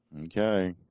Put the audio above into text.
Okay